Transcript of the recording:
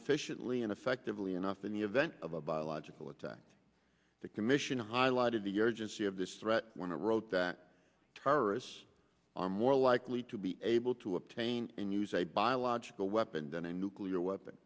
efficiently and effectively enough in the event of a biological attack the commission highlighted the urgency of this threat when i wrote that terrorists are more likely to be able to obtain and use a biological weapon than a nuclear weapon